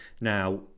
now